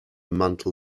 mantel